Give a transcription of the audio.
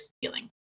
feeling